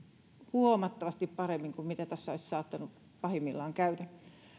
huomattavasti paremmin kuin mitä tässä olisi saattanut pahimmillaan käydä